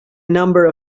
number